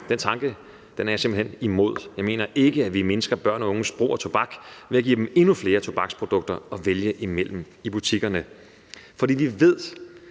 Den tanke er jeg simpelt hen imod. Jeg mener ikke, at vi mindsker børn og unges brug af tobak ved at give dem endnu flere tobaksprodukter at vælge imellem i butikkerne, fordi vi ved,